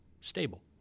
stable